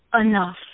enough